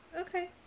Okay